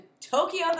tokyo